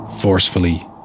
forcefully